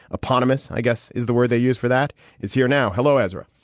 eponymous, i guess, is the word they use for that is here now. hello, ezra.